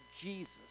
Jesus